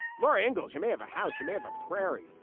laura ingles, you may have a house, you may have a prairie.